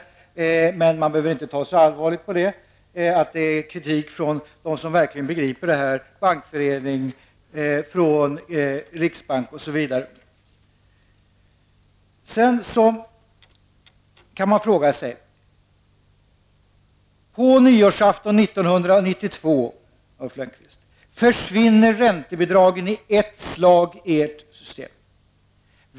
Men bostadsministern anser att man inte behöver ta så allvarligt på att det har framförts kritik från dem som verkligen är insatta i frågan, Bankföreningen, riksbanken osv. På nyårsaftonen 1992, Ulf Lönnqvist, försvinner räntebidragen i ett enda slag genom ert system.